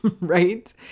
Right